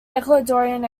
ecuadorian